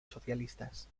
socialistas